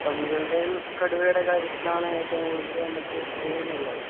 പന്നികളുടേയും കടുവയുടേയും കാര്യത്തിലാണ് ഏറ്റവും കൂടുതല് നമുക്ക് പേടിയുള്ളത്